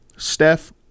Steph